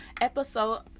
episode